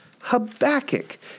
Habakkuk